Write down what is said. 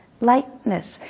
Lightness